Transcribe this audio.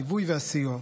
הליווי והסיוע.